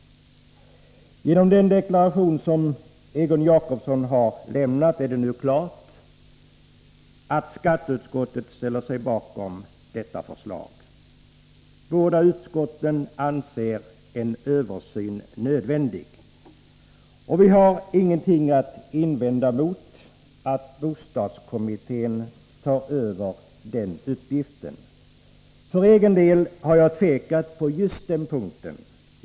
Genom den deklaration som Egon Jacobs son har lämnat är det nu klart att skatteutskottet ställer sig bakom detta förslag. Båda utskotten anser en översyn nödvändig. Vi har ingenting att invända mot att bostadskommittén tar över den uppgiften. För egen del har jag tvekat på just den här punkten.